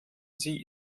sie